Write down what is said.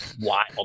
wild